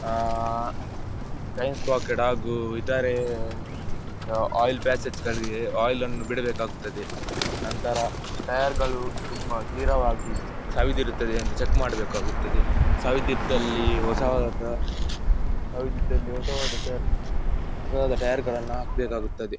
chain sprocket ಹಾಗೂ ಇತರೇ oil ಪ್ಯಾಸೇಜ್ಗಳಿಗೆ ಆಯಿಲನ್ನು ಬಿಡಬೇಕಾಗುತ್ತದೆ ನಂತರ ಟಯರ್ಗಳು ತುಂಬ ತೀರವಾಗಿ ಸವೆದಿರುತ್ತದೆ ಎಂದು ಚೆಕ್ ಮಾಡಬೇಕಾಗುತ್ತದೆ ಸವೆದಿದ್ದಲ್ಲಿ ಹೊಸವಾದ ಸವೆದಿದ್ದಲ್ಲಿ ಹೊಸವಾದ ಟಯರ್ ಹೊಸದಾದ ಟಯರ್ಗಳನ್ನು ಹಾಕಬೇಕಾಗುತ್ತದೆ